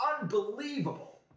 unbelievable